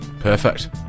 Perfect